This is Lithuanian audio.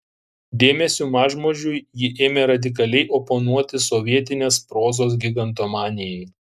dėmesiu mažmožiui ji ėmė radikaliai oponuoti sovietinės prozos gigantomanijai